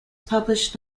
published